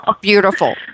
beautiful